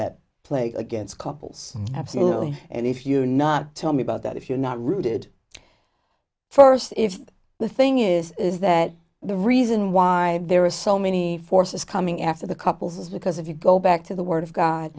that play against couples absolutely and if you not tell me about that if you're not rooted first if the thing is is that the reason why there are so many forces coming after the couples is because if you go back to the word of god